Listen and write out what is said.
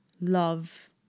love